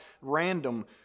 random